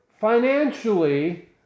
financially